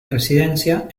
residencia